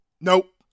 Nope